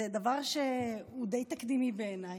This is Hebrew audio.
זה דבר שהוא די תקדימי בעיניי.